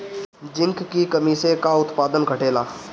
Zinc की कमी से का उत्पादन घटेला?